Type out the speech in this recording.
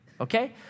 okay